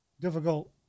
difficult